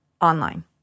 online